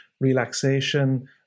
relaxation